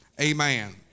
amen